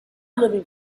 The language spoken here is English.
living